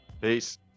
Peace